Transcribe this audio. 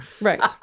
Right